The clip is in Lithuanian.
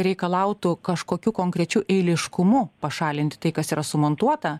reikalautų kažkokiu konkrečiu eiliškumu pašalinti tai kas yra sumontuota